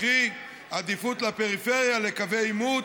קרי עדיפות לפריפריה, לקווי עימות,